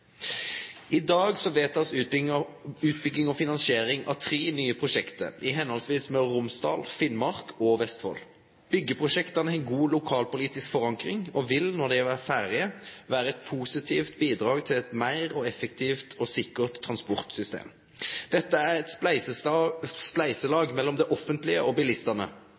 I dag blir utbygging og finansiering av tre nye prosjekt vedteke, i Møre og Romsdal, Finnmark og Vestfold. Byggjeprosjekta har god lokalpolitisk forankring, og vil, når dei er ferdige, vere eit positivt bidrag til eit meir effektivt og sikkert transportsystem. Dette er eit spleiselag mellom det offentlege og bilistane.